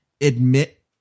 admit